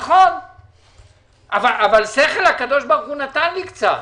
אבל שכל הקב"ה נתן לי קצת.